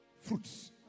fruits